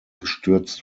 gestürzt